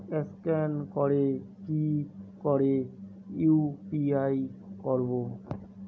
Scan করে কি করে ইউ.পি.আই করবো?